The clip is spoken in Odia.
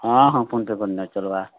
ହଁ ହଁ ଫୋନ୍ ପେ କରିନିଅ ଚଲ୍ବା